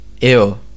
Ew